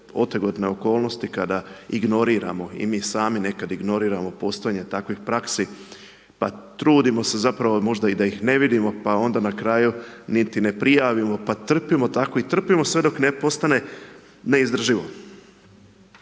otegnute okolnosti, kada ignoriramo i mi sami, nekada ignoriramo postojanje takvih praksi. I trudimo se zapravo da ih možda i ne vidimo, pa onda na kraju, niti ne prijavimo i trpimo tako, i trpimo tako sve dok ne postane neizdrživo.